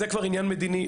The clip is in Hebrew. זה כבר עניין מדיני,